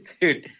dude